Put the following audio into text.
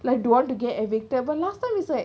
like do all the game at victor but last time is like